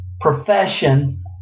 profession